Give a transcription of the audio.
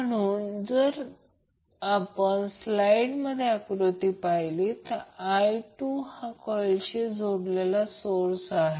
म्हणून जर आपण स्लाइडमध्ये आकृती पाहिली तर i2 हा कॉइलशी जोडलेला करंट सोर्स आहे